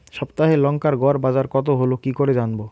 সপ্তাহে লংকার গড় বাজার কতো হলো কীকরে জানবো?